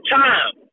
time